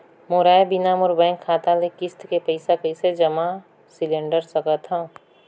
मोर आय बिना मोर बैंक खाता ले किस्त के पईसा कइसे जमा सिलेंडर सकथव?